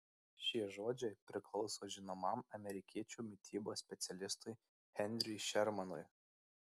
šie žodžiai priklauso žinomam amerikiečių mitybos specialistui henriui šermanui